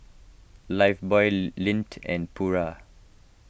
Lifebuoy Lindt and Pura